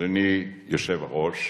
אדוני היושב-ראש,